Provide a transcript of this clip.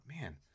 Man